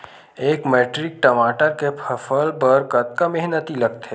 एक मैट्रिक टमाटर के फसल बर कतका मेहनती लगथे?